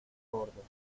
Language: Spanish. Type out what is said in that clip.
gordos